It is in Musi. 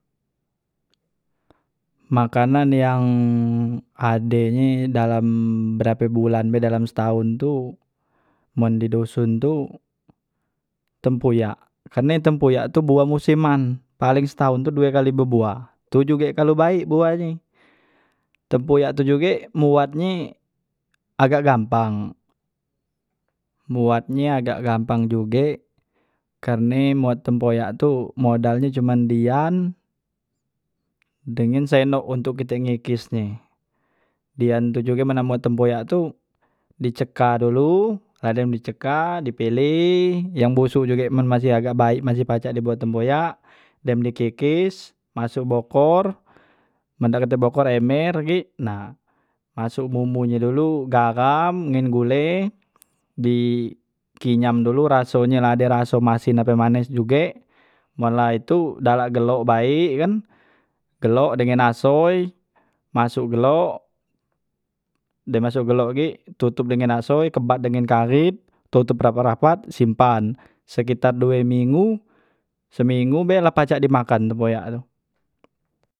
makanan yang adenye dalam berape bulan be dalam setahun tu men di duson tu tempuyak, karne tempuyak tu buah musiman paleng setahun tu due kali bebuah tu juge kalu baek buahnye tempuyak tu juge buatnye agak gampang, buatnye agak gampang juge karne muat tempoyak tu modalnye cuma dian dengen sendok untuk kite ngikes nye, dian tu juga men nak mbuat tempuyak tu di ceka dulu na dem di ceka di pileh yang busok juge men masih agak baek masih pacak dibuat tempuyak dem di kikes masok bokor men dak katek bokor ember gek nah masok bumbu nyo dulu garam ngen gule di kinyam dulu rasonye la ade raso masin ape manis juge men la itu dak lak gelok bae kan gelok dengan asoy, masok gelok dem masok gelok gek tutup dengan asoy, kebat dengan karet totop rapat rapat simpan, sekitar due minggu, seminggu be la pacak di makan tempoyak tu.